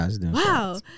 wow